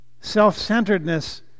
Self-centeredness